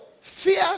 fear